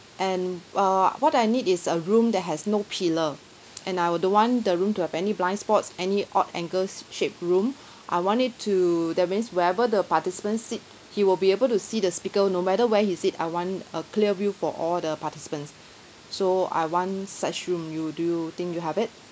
and uh what I need is a room that has no pillar and I don't want the room to have any blind spots any odd angles shaped room I want it to that means wherever the participants sit he will be able to see the speaker no matter where he sit I want a clear view for all the participants so I want such room you do you think you have it